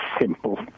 simple